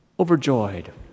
overjoyed